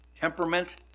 temperament